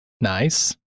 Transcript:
Nice